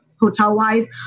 hotel-wise